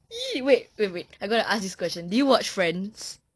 !ee! wait wait wait I go to ask this question do you watch friends